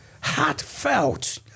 Heartfelt